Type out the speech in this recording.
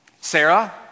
Sarah